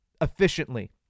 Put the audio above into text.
efficiently